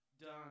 done